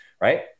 Right